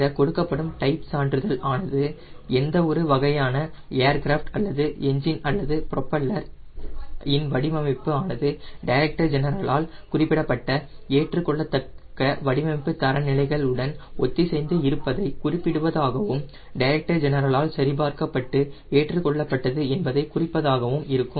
இந்த கொடுக்கப்படும் டைப் சான்றிதழ் ஆனது எந்த ஒரு வகையான ஏர்கிராஃப்ட் அல்லது என்ஜின் அல்லது ப்ரொபல்லர் இன் வடிவமைப்பு ஆனது டைரக்டர் ஜெனரல் ஆல் குறிப்பிடப்பட்ட ஏற்றுக் கொள்ளத்தக்க வடிவமைப்பு தரநிலைகள் உடன் ஒத்திசைந்து இருப்பதை குறிப்பிடுவதாகவும் டைரக்டர் ஜெனரல் ஆல் சரிபார்க்கப்பட்டு ஏற்றுக் கொள்ளப்பட்டது என்பதை குறிப்பதாகவும் இருக்கும்